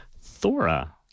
Thora